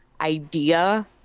idea